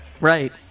right